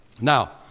Now